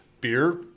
beer